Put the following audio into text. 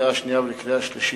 לקריאה שנייה ולקריאה שלישית.